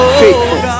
faithful